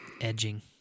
Edging